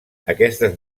aquestes